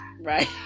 Right